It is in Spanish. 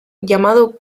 llamado